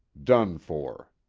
done for.